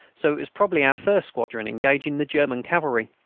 so it was probably our first squadron engaging the german cavalry.